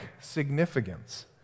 significance